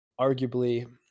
arguably